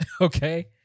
Okay